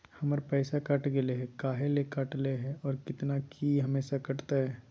हमर पैसा कट गेलै हैं, काहे ले काटले है और कितना, की ई हमेसा कटतय?